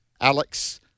Alex